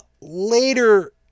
later